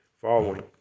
following